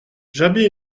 jamais